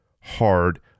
hard